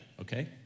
okay